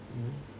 mmhmm